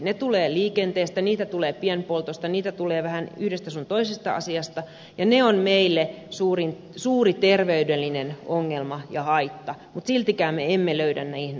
ne tulevat liikenteestä niitä tulee pienpoltosta niitä tulee vähän yhdestä sun toisesta asiasta ja ne ovat meille suuri terveydellinen ongelma ja haitta mutta siltikään me emme löydä niihin ratkaisua